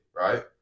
right